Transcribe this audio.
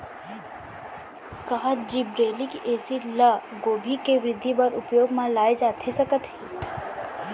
का gibberellic acid ल गोभी के वृद्धि बर उपयोग म लाये जाथे सकत हे?